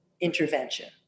intervention